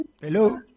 Hello